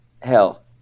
hell